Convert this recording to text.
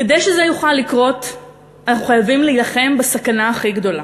כדי שזה יוכל לקרות אנחנו חייבים להילחם בסכנה הכי גדולה.